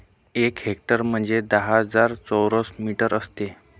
एक हेक्टर म्हणजे दहा हजार चौरस मीटर असते